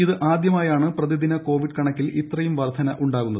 ഇത് ആദ്യമായാണ് പ്രതിദിന കോവിഡ് കണക്കിൽ ഇത്രയും വർദ്ധനവ് ഉണ്ടാകുന്നത്